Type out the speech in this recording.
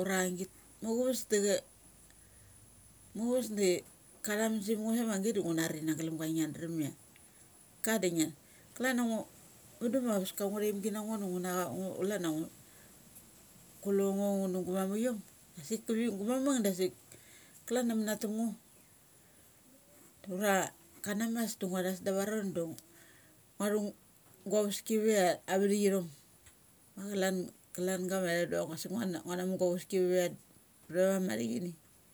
ura git. Muchuves da ka tha munsung ngo sa na git da ngu nari na glumga ngia dram ia ka di nge. Klan a nguthaimgi nango ngu na cha klania kulongo ngu nu guma mukiom, kivi dasik klan a mana tum ngo. Ura kanam as da nguathas da va ron du nguatgu guaveski ve ia vathikithom. Ma chalan klan gama ithak dok asik nguan. nguanamu guaveski ve ia ptha va ma thi chi ni.